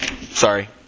Sorry